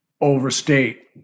overstate